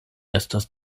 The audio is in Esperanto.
estas